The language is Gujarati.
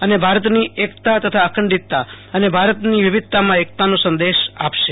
અને ભારતની એકતા અને અખંડિતતા તથા ભારતમાં વિવિધતામાં એકતાનો સંદેશ આપશ